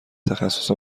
تخصص